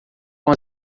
com